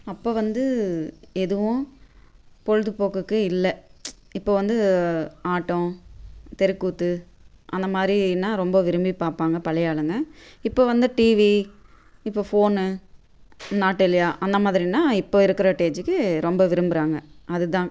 அப்போ வந்து எதுவும் பொழுதுபோக்குக்கு இல்லை இப்போ வந்து ஆட்டம் தெருக்கூத்து அந்த மாதிரின்னா ரொம்ப விரும்பி பார்ப்பாங்க பழைய ஆளுங்கள் இப்போ வந்து டிவி இப்போ ஃபோனு நாட்டு இல்லையா அந்த மாதிரின்னா இப்போ இருக்கிற டேஜிக்கு ரொம்ப விரும்புறாங்க அது தான்